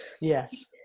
Yes